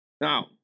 Now